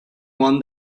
one